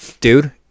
Dude